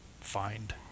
find